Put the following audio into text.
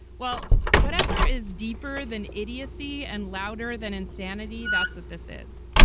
well, whatever is deeper than idiocy and louder than insanity. that's what this is.